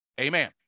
Amen